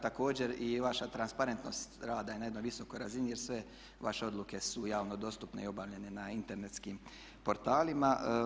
Također, vaša transparentnost rada je na jednoj visokoj razini jer sve vaše odluke su javno dostupne i objavljene na internetskim portalima.